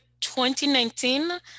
2019